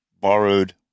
borrowed